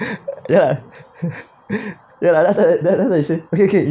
ya ya lah like the like say okay okay